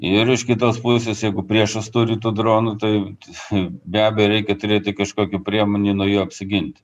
ir iš kitos pusės jeigu priešas turi tų dronų tai tifu be abejo reikia turėti kažkokių priemonių nuo jų apsiginti